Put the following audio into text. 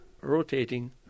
rotating